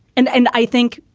and and i think,